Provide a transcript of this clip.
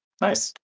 nice